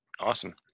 Awesome